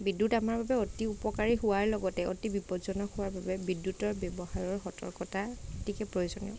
বিদ্যুৎ আমাৰ বাবে অতি উপকাৰী হোৱাৰ লগতে অতি বিপদজনক হোৱাৰ বাবে বিদ্যুতৰ ব্যৱহাৰৰ সতৰ্কতা অতিকৈ প্ৰয়োজনীয়